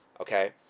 Okay